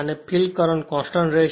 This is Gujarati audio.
અને ફીલ્ડ કરંટ કોંસ્ટંટ રહેશે